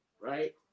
right